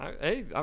Hey